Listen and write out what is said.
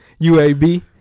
UAB